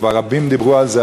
וכבר רבים דיברו על זה,